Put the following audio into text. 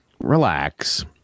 relax